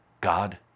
God